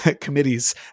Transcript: committees